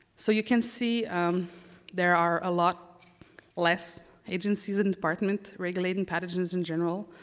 so you can see there are a lot less agencies and department regulating pathogens in general.